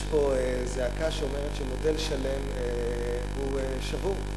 יש פה זעקה שאומרת שמודל שלם הוא שבור,